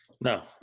No